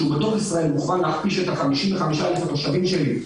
שבתוך ישראל מכוון להכפיש את 55,000 התושבים שלי,